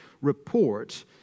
report